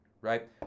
right